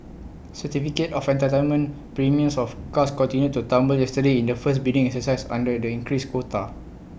certificate of entitlement premiums of cars continued to tumble yesterday in the first bidding exercise under the increased quota